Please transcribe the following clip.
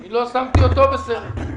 גם אני רוצה לומר משפט אחד בלבד.